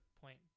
point